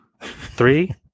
Three